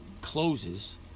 closes